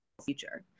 Future